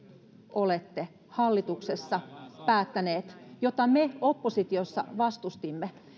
olette hallituksessa päättäneet ja jota me oppositiossa vastustimme